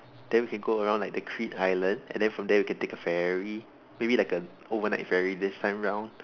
then we can go around like the creed island and then from there we can take a ferry maybe like an overnight ferry this time round